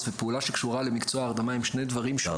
ופעולה שקשורה למקצוע ההרדמה הם שני דברים שונים.